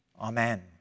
Amen